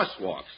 crosswalks